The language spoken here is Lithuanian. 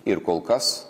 ir kol kas